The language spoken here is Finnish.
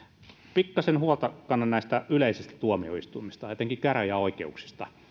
pikkasen huolta kannan näistä yleisistä tuomioistuimista etenkin käräjäoikeuksista